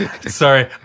Sorry